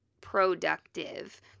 productive